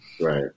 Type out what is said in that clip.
right